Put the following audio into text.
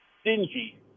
stingy